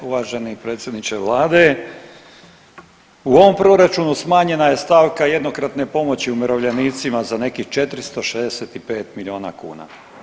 Uvaženi predsjedniče vlade, u ovom proračunu smanjena je stavka jednokratne pomoći umirovljenicima za nekih 465 miliona kuna.